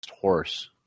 horse